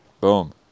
Boom